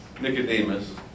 Nicodemus